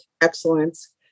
excellence